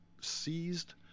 seized